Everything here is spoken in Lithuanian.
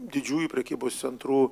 didžiųjų prekybos centrų